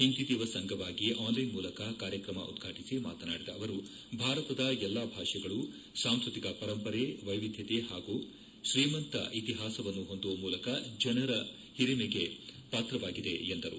ಹಿಂದಿ ದಿವಸ್ ಅಂಗವಾಗಿ ಆನ್ಲೈನ್ ಮೂಲಕ ಕಾರ್ಯಕ್ರಮ ಉದ್ವಾಟಿಸಿ ಮಾತನಾಡಿದ ಅವರು ಭಾರತದ ಎಲ್ಲಾ ಭಾಷೆಗಳೂ ಸಾಂಸ್ಪತಿಕ ಪರಂಪರೆ ವೈವಿಧ್ಯತೆ ಮತ್ತು ತ್ರೀಮಂತ ಇತಿಹಾಸವನ್ನು ಹೊಂದುವ ಮೂಲಕ ಜನರ ಹಿರಿಮೆಗೆ ಪಾತ್ರವಾಗಿದೆ ಎಂದರು